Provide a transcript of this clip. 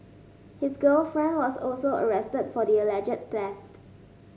his girlfriend was also arrested for the alleged theft